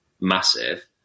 massive